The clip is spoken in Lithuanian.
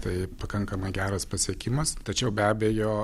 tai pakankamai geras pasiekimas tačiau be abejo